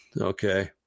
Okay